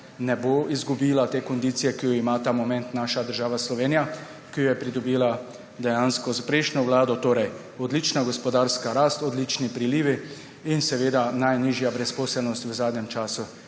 ne bo izgubila kondicije, ki jo ima ta moment naša država Slovenija, ki jo je pridobila dejansko s prejšnjo vlado, torej odlična gospodarska rast, odlični prilivi in najnižja brezposelnost v zadnjem času.